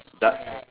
du~